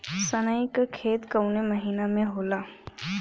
सनई का खेती कवने महीना में होला?